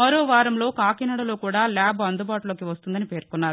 మరో వారంలో కాకినాడలో కూడా ల్యాబ్ అందుబాటులోకి వస్తుందని పేర్కొన్నారు